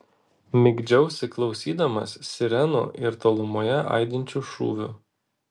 migdžiausi klausydamas sirenų ir tolumoje aidinčių šūvių